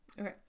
Okay